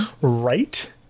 Right